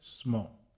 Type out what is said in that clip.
small